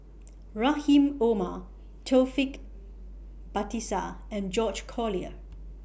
Rahim Omar Taufik Batisah and George Collyer